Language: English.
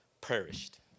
perished